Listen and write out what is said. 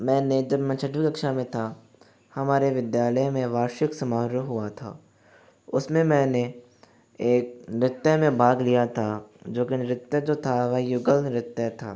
मैंने जब छठी कक्षा में था हमारे विद्यालय में वार्षिक समारोह हुआ था उसमें मैंने एक नृत्य में भाग लिया था जो की नृत्य जो था वही युगल नृत्य था